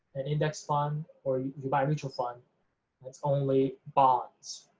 an index fund or you buy a mutual fund that's only bonds.